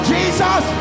Jesus